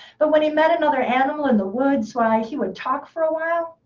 but when he met another animal in the woods, why he would talk for a while,